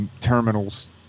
terminals